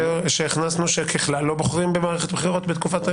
הכנסנו ככלל שלא בוחרים בתקופת מערכת בחירות.